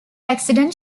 accident